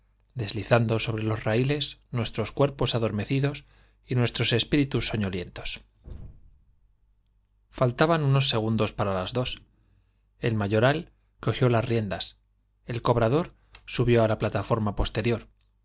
deslizando sobre los railes nuestros cuerpos adormecidos y nuestros espíritus soño lientos faltaban unos segundos para las dos el mayoral cogió las riendas el cobrador subió á la plataforma